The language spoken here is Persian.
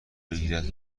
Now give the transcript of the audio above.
بگیرد